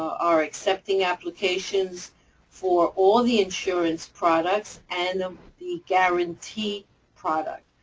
are accepting applications for all the insurance products and um the guarantee product.